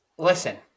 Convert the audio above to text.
Listen